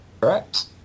correct